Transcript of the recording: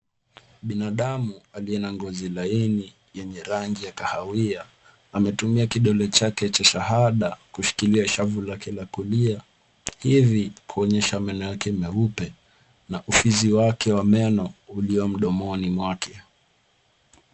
Binadamu aliye na ngozi laini yenye rangi ya kahawia ametumia kidole chake cha shahada kushikilia shavu lake la kulia hivi kuonyesha meno yake muepe na ufizi wake wa meno ulio mdomoni mwake.